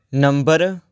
number